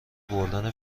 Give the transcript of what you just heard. برد